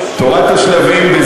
תורת השלבים.